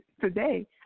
today